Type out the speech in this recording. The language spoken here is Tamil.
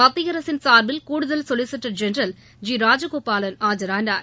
மத்திய அரசின் சார்பில் கூடுதல் சொலிசிட்டர் ஜெனரல் ஜி ராஜகோபாலன் ஆஜரானார்